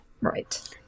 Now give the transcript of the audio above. Right